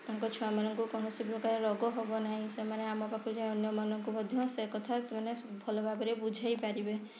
ତାଙ୍କ ଛୁଆମାନଙ୍କୁ କୌଣସି ପ୍ରକାର ରୋଗ ହବ ନାହିଁ ସେମାନେ ଆମ ପାଖରୁ ଅନ୍ୟମାନଙ୍କୁ ମଧ୍ୟ ସେ କଥା ସେମାନେ ଭଲ ଭାବରେ ବୁଝାଇ ପାରିବେ